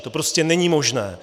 To prostě není možné.